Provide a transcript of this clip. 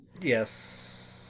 yes